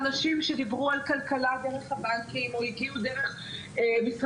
אנשים שדיברו על כלכלה דרך הבנקים או שהגיעו דרך משרדי